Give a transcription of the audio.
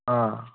ꯑꯪ